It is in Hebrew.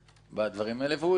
בדברים האלה, והוא הרגיע אותי.